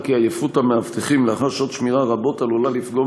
שעייפות המאבטח לאחר שעות שמירה רבות עלולה לפגום